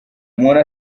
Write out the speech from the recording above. umuntu